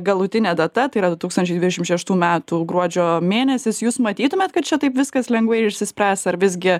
galutinė data tai yra du tūkstančiai dvdešim šeštų metų gruodžio mėnesis jūs matytumėt kad čia taip viskas lengvai ir išsispręs ar visgi